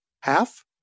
half